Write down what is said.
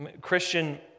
Christian